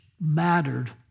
mattered